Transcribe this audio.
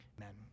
Amen